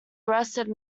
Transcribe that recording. arrested